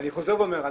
ואני חוזר ואומר,